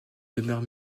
demeure